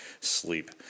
sleep